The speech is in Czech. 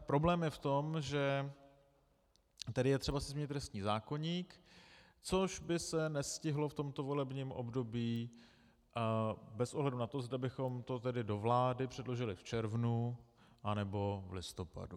Problém je v tom, že tady je třeba si změnit trestní zákoník, což by se nestihlo v tomto volebním období bez ohledu na to, zda bychom to tedy do vlády předložili v červnu, anebo v listopadu.